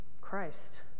Christ